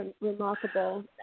remarkable